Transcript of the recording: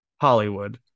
Hollywood